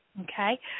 okay